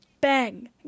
Bang